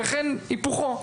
והיפוכו,